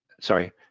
Sorry